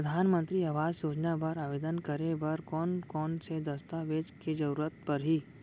परधानमंतरी आवास योजना बर आवेदन करे बर कोन कोन से दस्तावेज के जरूरत परही?